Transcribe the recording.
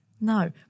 No